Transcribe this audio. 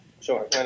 Sure